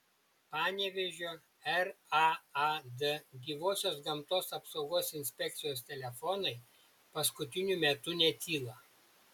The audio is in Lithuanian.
panevėžio raad gyvosios gamtos apsaugos inspekcijos telefonai paskutiniu metu netyla